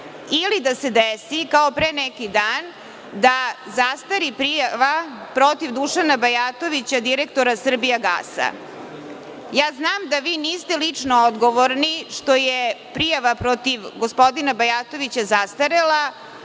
ili da se desi, kao pre neki dan, da zastari prijava protiv Dušana Bajatovića, direktora „Srbijagasa“?Znam da vi niste lično odgovorni što je prijava protiv gospodina Bajatovića zastarela,